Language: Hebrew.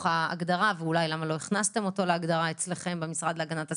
ואולי למה לא הכנסתם אותו להגדרה אצלכם במשרד להגנת הסביבה?